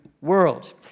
world